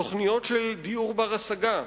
תוכניות של דיור בר-השגה,